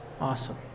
Awesome